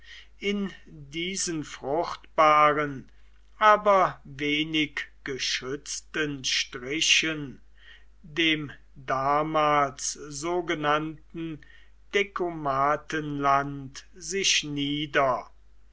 in diesen fruchtbaren aber wenig geschützten strichen dem damals sogenannten dekumatenland sich nieder